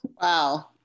Wow